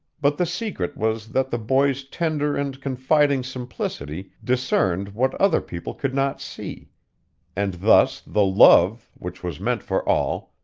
but the secret was that the boy's tender and confiding simplicity discerned what other people could not see and thus the love, which was meant for all,